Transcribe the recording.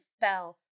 fell